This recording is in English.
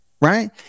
right